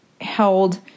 held